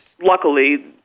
luckily